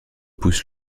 pousse